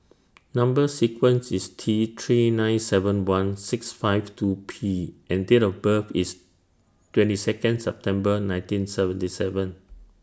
Number sequence IS T three nine seven one six five two P and Date of birth IS twenty Second September nineteen seventy seven